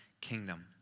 kingdom